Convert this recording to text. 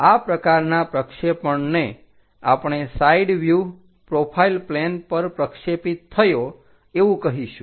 આ પ્રકારના પ્રક્ષેપણને આપણે સાઈડ વ્યુહ પ્રોફાઈલ પ્લેન પર પ્રક્ષેપિત થયો એવું કહીશું